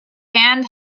hand